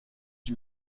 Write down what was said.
die